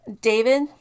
David